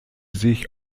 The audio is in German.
sich